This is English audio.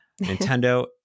Nintendo